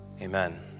Amen